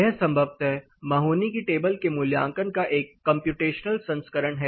यह संभवतः महोनी की टेबल के मूल्यांकन का एक कम्प्यूटेशनल संस्करण है